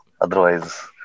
Otherwise